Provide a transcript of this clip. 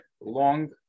long